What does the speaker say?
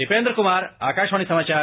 दीपंद्र कमार आकाशवाणी समाचार